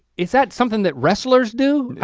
is that something that wrestlers do?